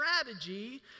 strategy